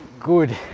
good